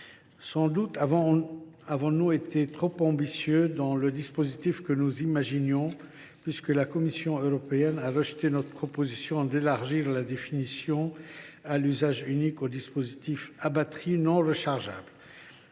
Sans doute avons nous été trop ambitieux dans le dispositif que nous imaginions, puisque la Commission européenne a rejeté notre proposition d’élargir la définition de l’usage unique aux dispositifs à batterie non rechargeable.